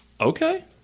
Okay